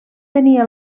tenia